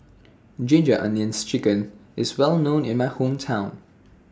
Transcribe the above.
Ginger Onions Chicken IS Well known in My Hometown